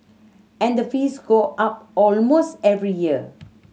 and the fees go up almost every year